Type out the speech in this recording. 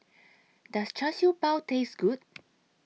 Does Char Siew Bao Taste Good